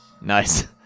Nice